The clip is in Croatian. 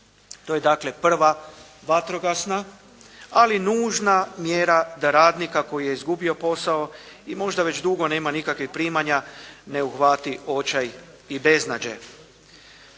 To je dakle prva vatrogasna ali nužna mjera da radnika koji je izgubio posao i možda već dugo nema nikakvih primanja ne uhvati očaj i beznađe.